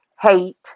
hate